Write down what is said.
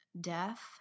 death